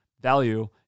value